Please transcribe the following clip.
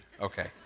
Okay